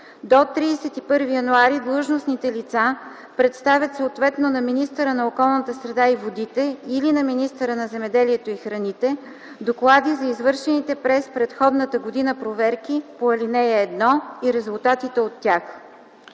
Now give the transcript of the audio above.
До 31 януари длъжностните лица представят съответно на министъра на околната среда и водите или на министъра на земеделието и храните доклади за извършените през предходната година проверки по ал. 1 и резултатите от тях.”